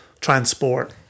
transport